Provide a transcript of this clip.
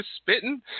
spitting